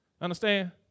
Understand